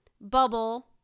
Bubble